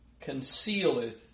concealeth